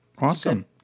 Awesome